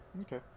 Okay